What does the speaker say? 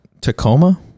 tacoma